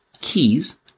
Keys